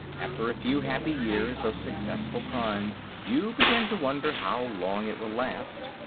after a few happy years of successful crime you begin to wonder how long it will last.